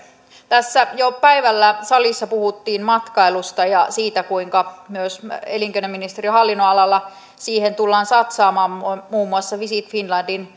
tässä jo päivällä salissa puhuttiin matkailusta ja siitä kuinka myös elinkeinoministeriön hallinnonalalla siihen tullaan satsaamaan muun muassa visit finlandin